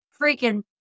freaking